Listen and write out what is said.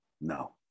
No